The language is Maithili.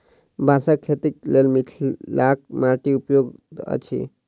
बाँसक खेतीक लेल मिथिलाक माटि उपयुक्त अछि